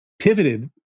pivoted